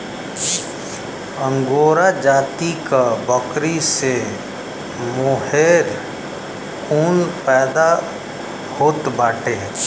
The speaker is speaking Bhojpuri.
अंगोरा जाति क बकरी से मोहेर ऊन पैदा होत बाटे